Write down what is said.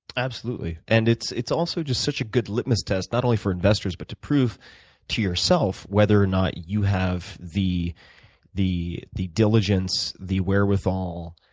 absolutely. and it's it's also just such a good litmus test not only for investors, but to prove to yourself whether or not you have the the diligence, the wherewithal,